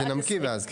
תנמקי ואז.